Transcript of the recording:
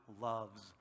loves